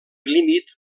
límit